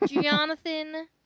Jonathan